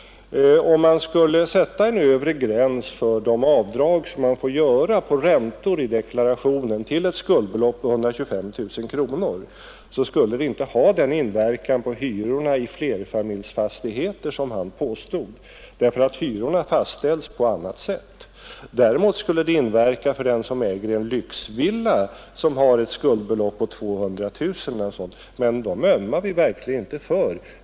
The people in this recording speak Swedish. Om man skulle sätta en övre gräns för det avdrag som får göras för räntor i deklarationen till att avse ett skuldbelopp på 125 000 kronor, skulle det inte ha den inverkan på hyrorna i flerfamiljsfastigheter som han påstod, eftersom hyrorna fastställs på annat sätt. Däremot skulle det inverka för den som äger en lyxvilla och som har ett skuldbelopp på t.ex. 200 000 kronor. Men sådana villaägare ömmar vi verkligen inte för.